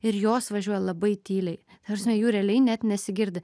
ir jos važiuoja labai tyliai ta prasme jų realiai net nesigirdi